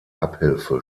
abhilfe